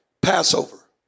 Passover